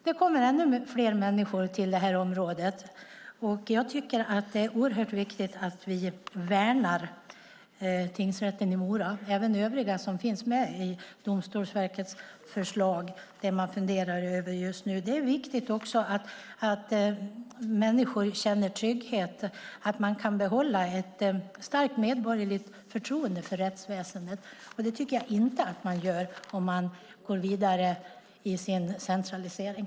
Det kommer ännu fler människor till det här området. Jag tycker att det är oerhört viktigt att vi värnar tingsrätten i Mora, även övriga som finns med i Domstolsverkets förslag, det man funderar över just nu. Det är viktigt att människor känner trygghet och att man kan behålla ett starkt medborgerligt förtroende för rättsväsendet. Det tycker jag inte att man gör om man går vidare i sin centralisering.